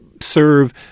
serve